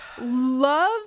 love